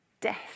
Death